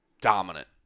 dominant